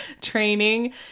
Training